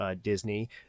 Disney